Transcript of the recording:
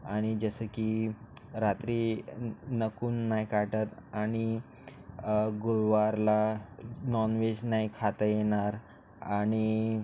आणि जसं की रात्री नकून नाही काटत आणि गुरुवारला नॉनवेज नाही खाता येणार आणि